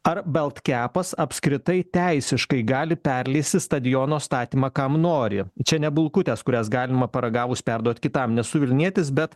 ar baltkepas apskritai teisiškai gali perleisti stadiono statymą kam nori čia ne bulkutės kurias galima paragavus perduot kitam nesu vilnietis bet